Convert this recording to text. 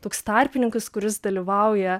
toks tarpininkas kuris dalyvauja